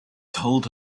told